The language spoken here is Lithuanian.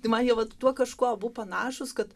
tai man jie vat tuo kažkuo abu panašūs kad